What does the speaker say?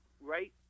right